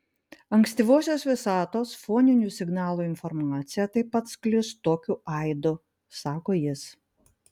ankstyvosios visatos foninių signalų informacija taip pat sklis tokiu aidu sako jis